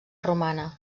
romana